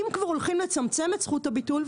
אם כבר הולכים לצמצם את זכות הביטול,